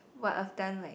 but I've done like